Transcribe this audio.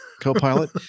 co-pilot